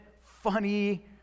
funny